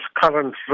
current